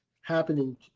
happening